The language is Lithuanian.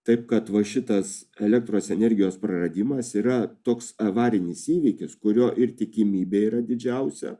taip kad va šitas elektros energijos praradimas yra toks avarinis įvykis kurio ir tikimybė yra didžiausia